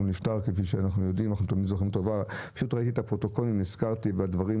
פשוט ראיתי את הפרוטוקולים ונזכרתי בדברים